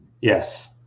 yes